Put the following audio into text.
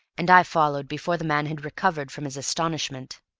and i followed before the man had recovered from his astonishment.